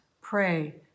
pray